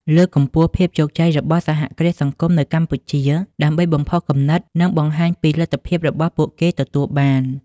លើកកម្ពស់ភាពជោគជ័យរបស់សហគ្រាសសង្គមនៅកម្ពុជា ដើម្បីបំផុសគំនិត និងបង្ហាញពីលទ្ធភាពរបស់ពួកគេទទួលបាន ។